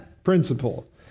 Principle